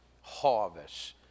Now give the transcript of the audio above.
harvest